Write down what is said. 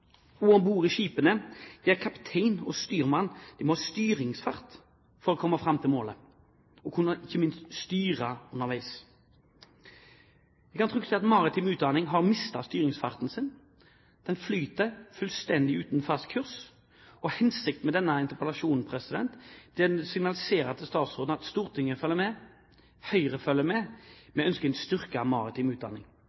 og om bord i skipene, er at kaptein og styrmann må ha styringsfart for å komme fram til målet og, ikke minst, kunne styre underveis. Jeg kan trygt si at maritim utdanning har mistet styringsfarten sin. Den flyter fullstendig uten fast kurs. Hensikten med denne interpellasjonen er å signalisere til statsråden at Stortinget følger med, Høyre følger med.